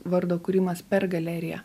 vardo kūrimas per galeriją